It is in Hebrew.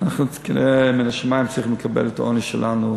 אנחנו כנראה מן השמים צריכים לקבל את העונש שלנו.